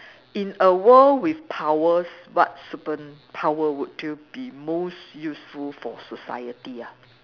in a world with powers what superpower would you be most useful for society ah